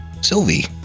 Sylvie